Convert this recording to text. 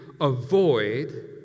avoid